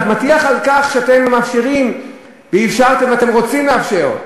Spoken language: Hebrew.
אני רק מטיח בשל כך שאתם מאפשרים ואפשרתם ואתם רוצים לאפשר.